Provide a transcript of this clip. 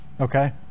okay